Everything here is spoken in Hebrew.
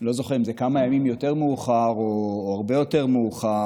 לא זוכר אם זה כמה ימים יותר מאוחר או הרבה יותר מאוחר,